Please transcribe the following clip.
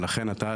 ולכן אתה,